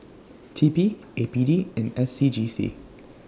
T P A P D and S C G C